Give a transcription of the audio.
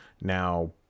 now